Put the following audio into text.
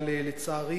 אבל לצערי